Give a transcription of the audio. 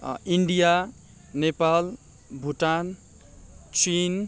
India Nepal Bhutan Chin